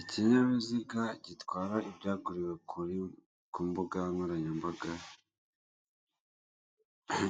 Ikinyabiziga gitwara ibyaguriwe ku mbuga nkoranyambaga